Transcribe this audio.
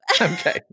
Okay